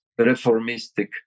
reformistic